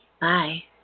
Bye